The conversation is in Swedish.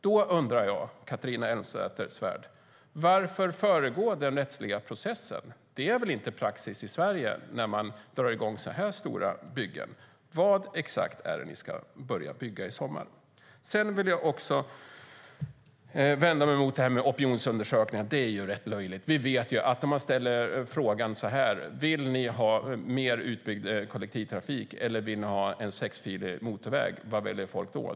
Då undrar jag, Catharina Elmsäter-Svärd: Varför föregå den rättsliga processen? Det är väl inte praxis i Sverige när man drar i gång så här stora byggen? Vad exakt är det ni ska börja bygga i sommar? Sedan vill jag vända mig mot det här med opinionsundersökningar. Det är rätt löjligt. Man kan ställa frågan så här: Vill ni ha mer utbyggd kollektivtrafik, eller vill ni ha en sexfilig motorväg? Vad väljer folk då?